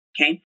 okay